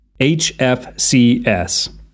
HFCS